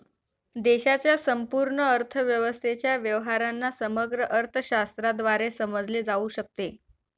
देशाच्या संपूर्ण अर्थव्यवस्थेच्या व्यवहारांना समग्र अर्थशास्त्राद्वारे समजले जाऊ शकते